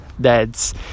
dads